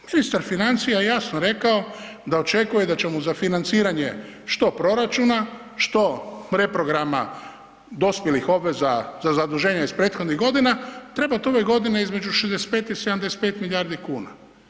Ministar financija je jasno rekao da očekuje da će mu za financiranje, što proračuna, što reprograma dospjelih obveza za zaduženje iz prethodnih godina trebati ove godine između 65 i 75 milijardi kuna.